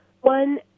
One